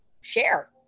share